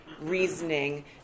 reasoning